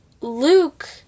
Luke